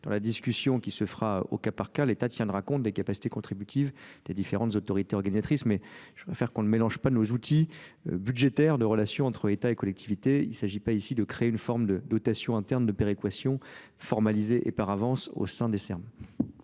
dans la discussion qui se fera au cas par cas l'état tiendra compte des capacités contributives des différentes autorités organisatrices, mais je préfère qu'on ne mélange pas nos outils budgétaires de relations entre États et collectivités, il ne s'agit pas ici de créer une forme de dotation interne, de péréquation formalisée et par avance au sein des Merci